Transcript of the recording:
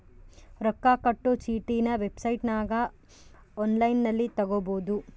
ರೊಕ್ಕ ಕಟ್ಟೊ ಚೀಟಿನ ವೆಬ್ಸೈಟನಗ ಒನ್ಲೈನ್ನಲ್ಲಿ ತಗಬೊದು